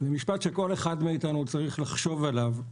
זה משפט שכל אחד מאתנו צריך לחשוב עליו.